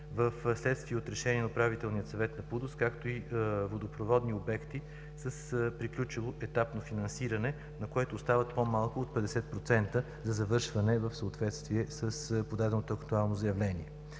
вследствие от решение на Управителния съвет на ПУДООС, както и водопроводни обекти с приключило етапно финансиране, на което остават по-малко от 50% за завършване в съответствие с подаденото актуално заявление;